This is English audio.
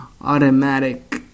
automatic